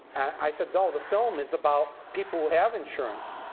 i said, no the film is about people who have insurance,